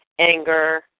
anger